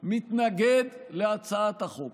מתנגד להצעת החוק,